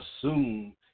assume